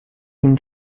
این